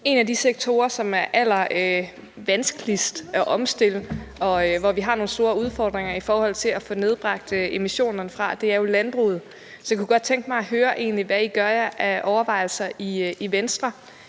En af de sektorer, som det er allervanskeligst at omstille, og hvor vi har nogle store udfordringer i forhold til at få nedbragt emissionerne, er jo landbruget. Så jeg kunne godt tænke mig at høre, hvad I egentlig gør jer af overvejelser i Venstre